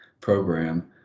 program